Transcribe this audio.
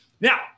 Now